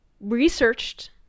researched